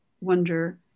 wonder